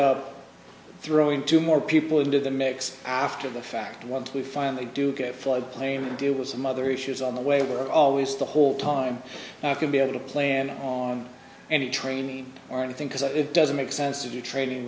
up throwing two more people into the mix after the fact what we finally do get floodplain and deal with some other issues on the way were always the whole time i could be able to plan on any training or anything because it doesn't make sense to do training